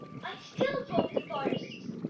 i still roam the forests.